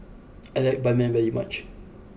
I like Ban Mian very much